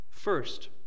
First